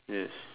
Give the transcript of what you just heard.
yes